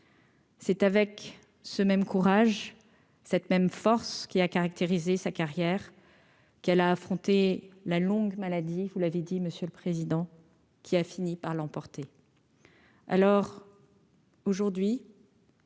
C'est avec ce même courage cette même force qui a caractérisé sa carrière qu'elle a affronté la longue maladie, vous l'avez dit, monsieur le président, qui a fini par l'emporter